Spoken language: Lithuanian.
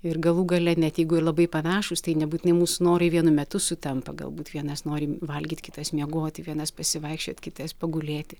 ir galų gale net jeigu ir labai panašūs tai nebūtinai mūsų norai vienu metu sutampa galbūt vienas nori valgyt kitas miegoti vienas pasivaikščiot kitais pagulėti